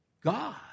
God